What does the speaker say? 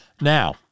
Now